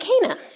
Cana